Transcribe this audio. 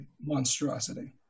monstrosity